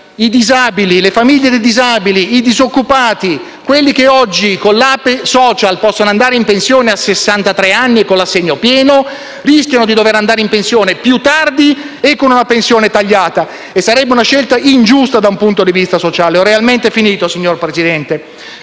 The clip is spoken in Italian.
scelta, i familiari di disabili, i disoccupati, quelli che oggi con l'APe *social* possono andare in pensione a sessantatré anni, con l'assegno pieno, rischiano di dover andare in pensione più tardi e con una pensione tagliata. E sarebbe una scelta ingiusta da un punto di vista sociale. *(Richiami del Presidente)*.